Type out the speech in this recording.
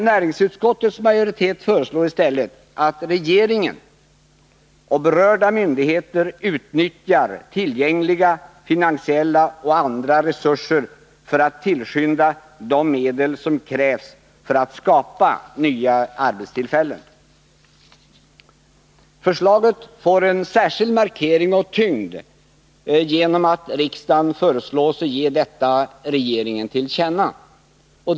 Näringsutskottets majoritet föreslår i stället att regeringen och berörda myndigheter utnyttjar tillgängliga finansiella och andra resurser för att tillskynda de medel som krävs för att skapa nya arbetstillfällen. Förslaget får en särskild markering och tyngd genom att riksdagen föreslås ge detta regeringen till känna.